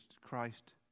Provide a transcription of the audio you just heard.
Christ